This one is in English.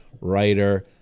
writer